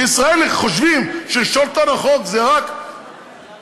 בישראל חושבים ששלטון החוק זה רק חקירות,